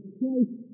Christ